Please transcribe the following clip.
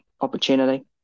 opportunity